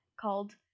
called